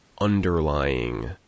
underlying